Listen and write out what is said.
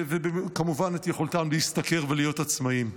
וכמובן את יכולתם להשתכר ולהיות עצמאיים.